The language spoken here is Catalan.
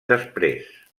després